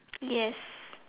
yes